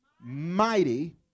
Mighty